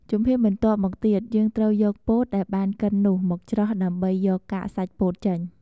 ជំហានបន្ទាប់់មកទៀត យើងត្រូវយកពោតដែលបានកិននោះមកច្រោះដើម្បីយកកាកសាច់ពោតចេញ។